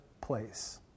place